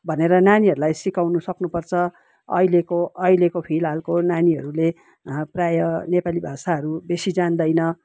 भनेर नानीहरूलाई सिकाउनु सक्नुपर्छ अहिलेको अहिलेको फिलहालको नानीहरूले प्रायः नेपाली भाषाहरू बेसी जान्दैन